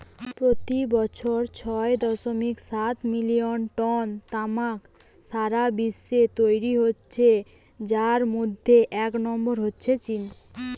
পোতি বছর ছয় দশমিক সাত মিলিয়ন টন তামাক সারা বিশ্বে তৈরি হয় যার মধ্যে এক নম্বরে আছে চীন